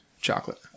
chocolate